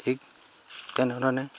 ঠিক তেনেধৰণে